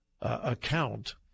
account